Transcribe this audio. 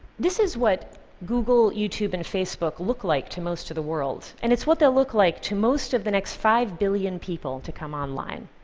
this is what google, youtube and facebook look like to most of the world, and it's what they'll look like to most of the next five billion people to come online.